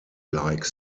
like